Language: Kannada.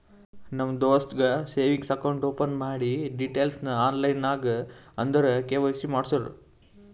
ನಮ್ ದೋಸ್ತಗ್ ಸೇವಿಂಗ್ಸ್ ಅಕೌಂಟ್ ಓಪನ್ ಮಾಡಿ ಡೀಟೈಲ್ಸ್ ಆನ್ಲೈನ್ ನಾಗ್ ಅಂದುರ್ ಕೆ.ವೈ.ಸಿ ಮಾಡ್ಸುರು